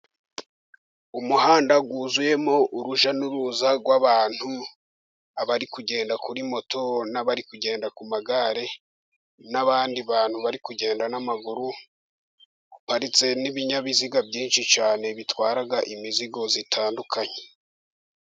Umuhanda wuzuyemo urujya n'uruza rw'abantu, abari kugenda kuri moto n'abari kugenda ku magare, n'abandi bantu bari kugenda n'amaguru. Haparitse n'ibinyabiziga byinshi cyane bitwara imizigo itandukanye.